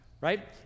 right